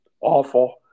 awful